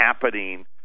happening